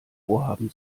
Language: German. vorhaben